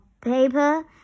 paper